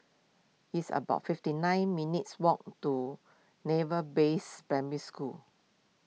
it's about fifty nine minutes' walk to Naval Base Primary School